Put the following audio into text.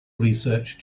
research